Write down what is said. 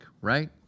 right